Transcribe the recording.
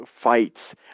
fights